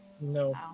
no